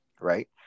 right